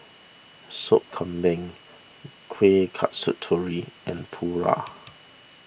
Sop Kambing Kueh Kasturi and Paru